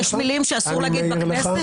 יש מילים שאסור להגיד בכנסת?